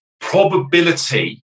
probability